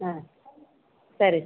ಹಾಂ ಸರಿ ಸ